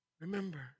Remember